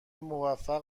موفق